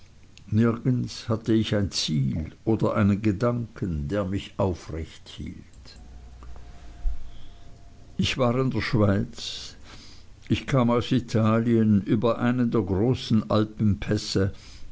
nirgends hatte ich ein ziel oder einen gedanken der mich aufrecht hielt ich war in der schweiz ich kam aus italien über einen der großen